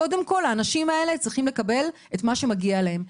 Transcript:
קודם כל האנשים האלה צריכים לקבל את מה שמגיע להם.